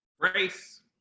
Grace